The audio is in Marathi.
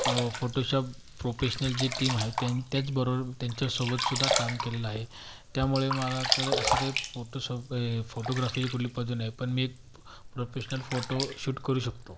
फो फोटोशॉप फ्रोपेशनल जी टीम आहे त्यां त्याचबरोबर त्यांच्यासोबतसुद्धा काम केलेलं आहे त्यामुळे मला कडं अशी काही फोटोशॉप ए फोटोग्राफीची कुठली पदवी नाही आहे पण मी एक प्रोफेशनल फोटोशुट करू शकतो